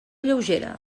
lleugera